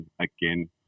again